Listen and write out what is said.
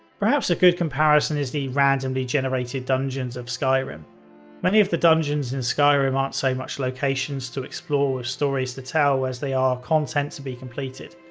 perhaps a good comparison is the randomly generated dungeons of skyrim many of the dungeons in skyrim aren't so much locations to explore with stories to tell, as they are content to be completed.